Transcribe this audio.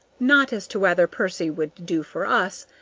not as to whether percy would do for us,